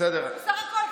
בסך הכול,